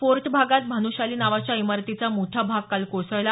fort भागात भानूशाली नावाच्या इमारतीचा मोठा भाग काल कोसळला